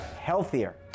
healthier